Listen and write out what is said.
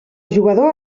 jugador